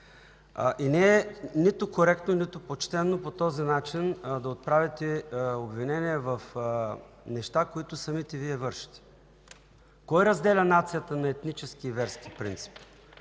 И не е нито коректно, нито почтено по този начин да отправяте обвинения в неща, които самите Вие вършите. Кой разделя нацията на етнически и верски принцип?